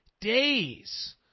days